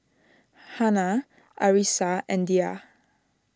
Hana Arissa and Dhia